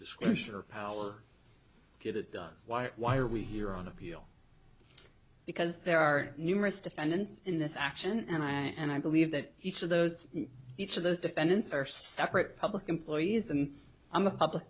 disclosure power get it done why it why are we here on appeal because there are numerous defendants in this action and i and i believe that each of those each of those defendants are separate public employees and i'm a public